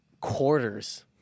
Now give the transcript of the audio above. quarters